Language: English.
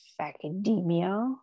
academia